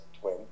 twin